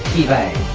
ebay